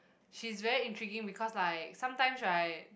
she's very intriguing because like sometimes right